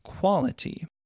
quality